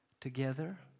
Together